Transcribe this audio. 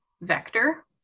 vector